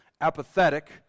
apathetic